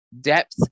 depth